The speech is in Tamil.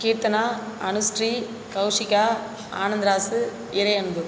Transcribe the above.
கீர்த்தனா அனுஸ்ரீ கௌசிகா ஆனந்தராஜ் இறையன்பு